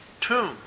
tomb